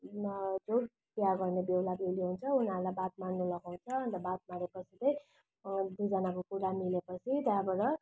जो बिहा गर्ने बेहुला बेहुली हुन्छ उनीहरूलाई बात मार्न लगाउँछ अन्त बात मारे पछि चाहिँ दुईजानाको कुरा मिलेपछि त्यहाँबाट